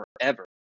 forever